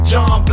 John